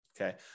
okay